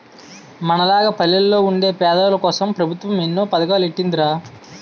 మనలాగ పల్లెల్లో వుండే పేదోల్లకోసం పెబుత్వం ఎన్నో పదకాలెట్టీందిరా